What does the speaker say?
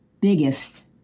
biggest